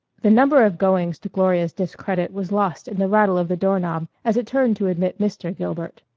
the number of goings to gloria's discredit was lost in the rattle of the door-knob as it turned to admit mr. gilbert.